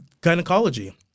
gynecology